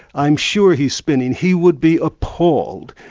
i'm sure he's spinning. he would be appalled.